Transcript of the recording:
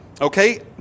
Okay